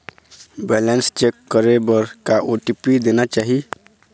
Balance check करे बर का ओ.टी.पी देना चाही?